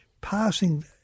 passing